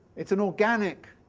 it's an organic,